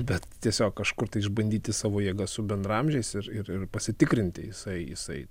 bet tiesiog kažkur tai išbandyti savo jėgas su bendraamžiais ir ir pasitikrinti jisai jisai